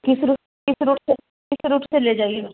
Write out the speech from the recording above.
किस रूट किस रूट से किस रूट से ले जाएंगे